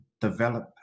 develop